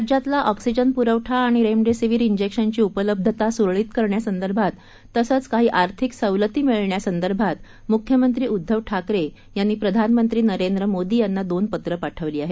राज्यातला ऑक्सीजन प्रवठा आणि रेमडेसीवीर इंजेक्शनची उपलब्धता सुरळीत करण्यासंदर्भात तसंच काही आर्थिक सवलती मिळण्यासंदर्भात म्ख्यमंत्री उद्धव ठाकरे यांनी प्रधानमंत्री नरेंद्र मोदी यांनी दोन पत्रं पाठवली आहेत